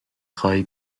خوای